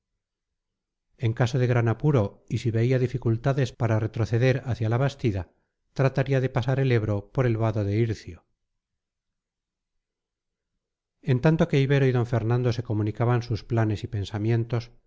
en caso de gran apuro y si veía dificultades para retroceder hacia la bastida trataría de pasar el ebro por el vado de ircio en tanto que ibero y d fernando se comunicaban sus planes y pensamientos